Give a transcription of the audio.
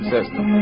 System